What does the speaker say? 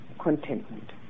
contentment